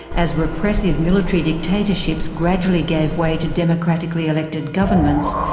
as repressive military dictatorships gradually gave way to democratically elected governments,